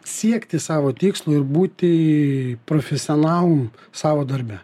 siekti savo tikslo ir būti profesionalum savo darbe